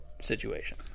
situation